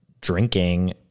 drinking